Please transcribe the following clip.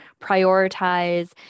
prioritize